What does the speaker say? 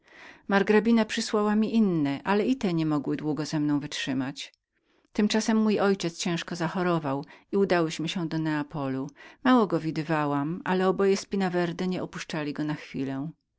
margrabina przysłała mi inne ale i te niemogły długo ze mną wytrzymać tymczasem mój ojciec ciężko zachorował i udałyśmy się do neapolu ja mało go widywałam ale oboje spinawerde nie opuszczali go na chwilę